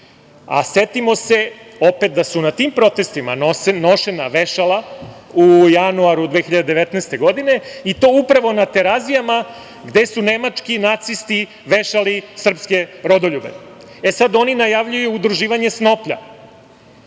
Setimo se opet da su na tim protestima nošena vešala u januaru 2019. godine i to upravo na Terazijama gde su nemački nacisti vešali srpske rodoljube. Oni najavljuju udruživanje snoplja.